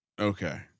Okay